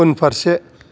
उनफारसे